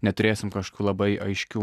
neturėsim kažkokių labai aiškių